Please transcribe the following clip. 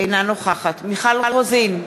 אינה נוכחת מיכל רוזין,